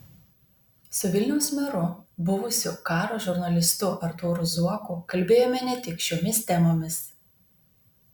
su vilniaus meru buvusiu karo žurnalistu artūru zuoku kalbėjome ne tik šiomis temomis